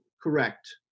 Correct